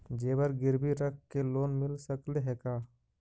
जेबर गिरबी रख के लोन मिल सकले हे का?